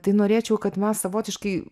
tai norėčiau kad mes savotiškai